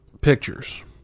pictures